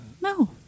No